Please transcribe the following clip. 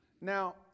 Now